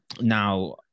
Now